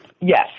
Yes